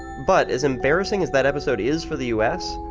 but, as embarrassing as that episode is for the us,